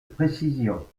précision